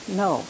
no